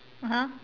(uh huh)